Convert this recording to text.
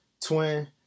twin